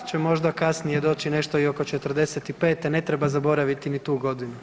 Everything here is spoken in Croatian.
pa će možda kasnije doći nešto i oko '45., ne treba zaboraviti ni tu godinu.